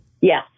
Yes